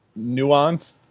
nuanced